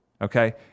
okay